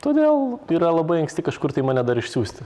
todėl yra labai anksti kažkur tai mane dar išsiųsti